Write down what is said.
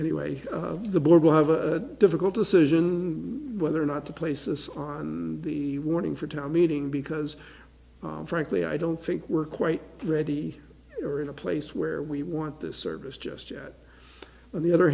anyway the board will have a difficult decision whether or not to places on the warning for town meeting because frankly i don't think we're quite ready here in a place where we want this service just yet on the other